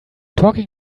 talking